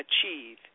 achieve